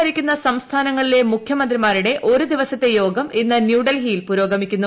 ഭരിക്കുന്ന സംസ്ഥാനങ്ങളിലെ മുഖ്യമന്ത്രിമാരുടെ ഒരു ദിവസത്തെ യോഗം ഇന്ന് ന്യൂഡൽഹിയിൽ പുരോഗമിക്കുന്നു